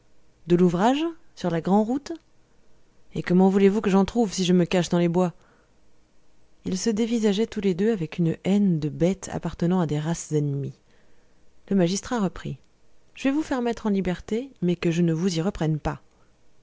de l'ouvrage sur la grand'route comment voulez-vous que j'en trouve si je me cache dans les bois ils se dévisageaient tous les deux avec une haine de bêtes appartenant à des races ennemies le magistrat reprit je vais vous faire mettre en liberté mais que je ne vous y reprenne pas